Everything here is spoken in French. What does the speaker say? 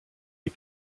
les